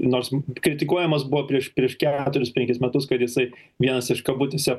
nors kritikuojamas buvo prieš prieš keturis penkis metus kad jisai vienas iš kabutėse